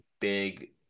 big